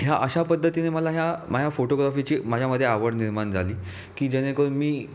ह्या अशा पद्धतीने मला ह्या माया फोटोग्राफीची माझ्यामध्ये आवड निर्माण झाली की जेणेकरून मी